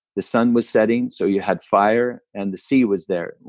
the sun was setting, so you had fire. and the sea was there,